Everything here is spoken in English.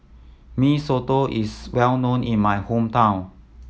Mee Soto is well known in my hometown